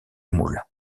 moules